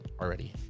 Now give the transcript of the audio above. already